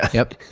and yup.